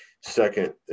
Second